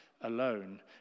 alone